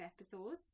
episodes